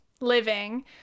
living